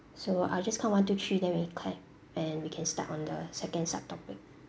so I'll just count one two three then we clap and we can start on the second sub topic